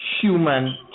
Human